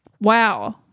wow